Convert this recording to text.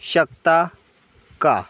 शकता का